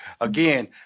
Again